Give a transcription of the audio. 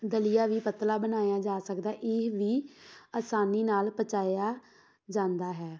ਦਲੀਆ ਵੀ ਪਤਲਾ ਬਣਾਇਆ ਜਾ ਸਕਦਾ ਇਹ ਵੀ ਆਸਾਨੀ ਨਾਲ ਪਚਾਇਆ ਜਾਂਦਾ ਹੈ